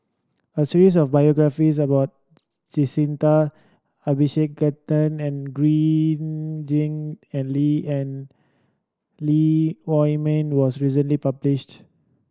a series of biographies about Jacintha Abisheganaden and Green Zeng and Lee and Lee Huei Min was recently published